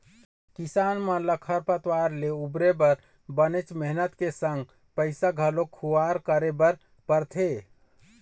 किसान मन ल खरपतवार ले उबरे बर बनेच मेहनत के संग पइसा घलोक खुवार करे बर परथे